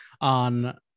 on